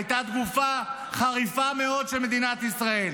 הייתה תגובה חריפה מאוד של מדינת ישראל.